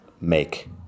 make